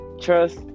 Trust